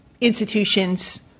institutions